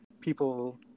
people